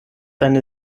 eine